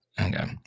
okay